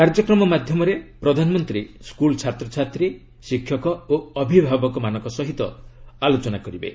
କାର୍ଯ୍ୟକ୍ରମ ମାଧ୍ୟମରେ ପ୍ରଧାନମନ୍ତ୍ରୀ ସ୍କୁଲ ଛାତ୍ରଛାତ୍ରୀ ଶିକ୍ଷକ ଓ ଅଭିଭାବକମାନଙ୍କ ସହ ଆଲୋଚନା କରିବେ